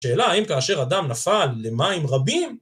שאלה האם כאשר אדם נפל למים רבים,